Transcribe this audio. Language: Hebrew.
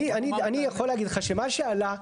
אני יכול להגיד לך שמה שעלה,